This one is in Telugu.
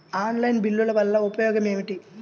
ఆన్లైన్ బిల్లుల వల్ల ఉపయోగమేమిటీ?